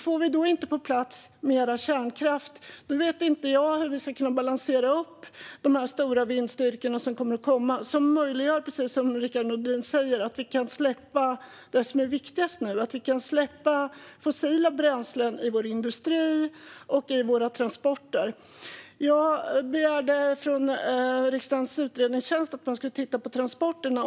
Får vi då inte mer kärnkraft på plats vet inte jag hur vi ska kunna balansera upp de stora vindstyrkor som kommer. Det skulle, precis som Rickard Nordin säger, möjliggöra att släppa det som är viktigast nu: fossila bränslen i vår industri och i våra transporter. Jag begärde att riksdagens utredningstjänst skulle titta på transporterna.